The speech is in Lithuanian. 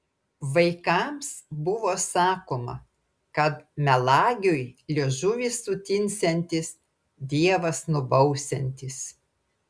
vaikams buvo sakoma kad melagiui liežuvis sutinsiantis dievas nubausiantis